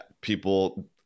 people